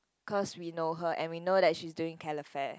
cause we know her and we know that she is doing calefare